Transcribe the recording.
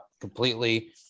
completely